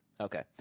Okay